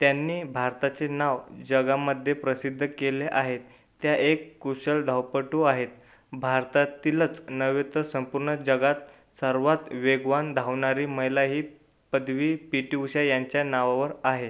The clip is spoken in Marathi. त्यांनी भारताचे नाव जगामध्ये प्रसिद्ध केले आहे त्या एक कुशल धावपटू आहेत भारतातीलच नव्हे तर संपूर्ण जगात सर्वात वेगवान धावणारी महिला ही पदवी पी टी उषा यांच्या नावावर आहे